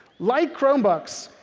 like chromebooks,